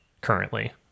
currently